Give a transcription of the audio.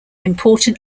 important